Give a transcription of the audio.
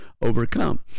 overcome